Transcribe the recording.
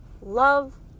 love